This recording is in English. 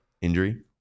injury